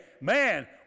man